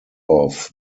off